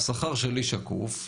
השכר שלי שקוף,